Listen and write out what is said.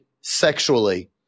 sexually